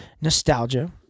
Nostalgia